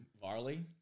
Varley